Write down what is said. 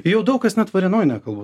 jau daug kas net varėnoj nekalba